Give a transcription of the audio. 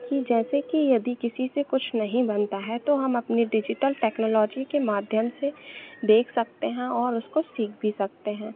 कि जैसे कि यदि किसी से कुछ नहीं बनता है तो हम अपने डिजिटल टेक्नोलॉजी के माध्यम से देख सकते हैं और उसको सीख भी सकते हैं